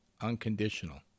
unconditional